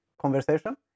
conversation